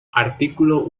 artículo